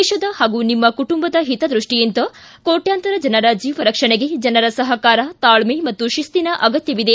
ದೇಶದ ಹಾಗೂ ನಿಮ್ಮ ಕುಟುಂಬದ ಹಿತ ದೃಷ್ಷಿಯಿಂದ ಕೋಟ್ಯಾಂತರ ಜನರ ಜೀವ ರಕ್ಷಣೆಗೆ ಜನರ ಸಹಕಾರ ತಾಳ್ನೆ ಮತ್ತು ಶಿಸ್ತಿನ ಅಗತ್ಜವಿದೆ